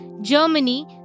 Germany